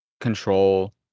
control